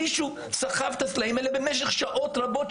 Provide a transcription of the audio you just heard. מישהו סחב את הסלעים האלה במשך שעות רבות.